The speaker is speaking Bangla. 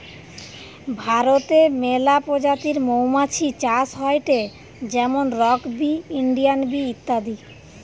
ভারতে মেলা প্রজাতির মৌমাছি চাষ হয়টে যেমন রক বি, ইন্ডিয়ান বি ইত্যাদি